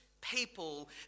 people